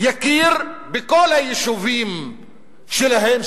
יכיר בכל היישובים שלהם,